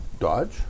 dodge